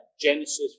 Genesis